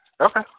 Okay